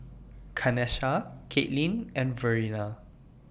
Kanesha Caitlin and Verena